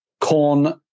corn